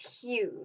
huge